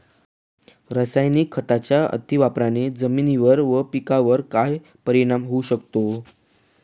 रासायनिक खतांच्या अतिवापराने जमिनीवर व पिकावर काय परिणाम होऊ शकतो?